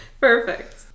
Perfect